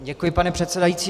Děkuji, pane předsedající.